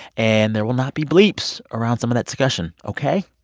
and there will not be bleeps around some of that discussion. ok?